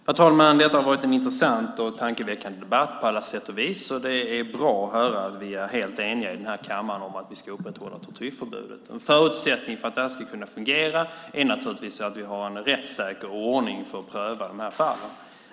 Herr talman! Det har varit en intressant och tankeväckande debatt på alla sätt och vis. Det är bra att höra att vi i kammaren är helt eniga om att vi ska upprätthålla tortyrförbudet. En förutsättning för att detta ska fungera är naturligtvis att vi har en rättssäker ordning för att pröva dessa fall.